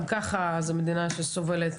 גם ככה המדינה הזאת סובלת